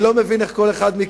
אני לא מבין איך כל אחד מכם,